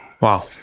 Wow